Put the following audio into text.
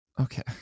Okay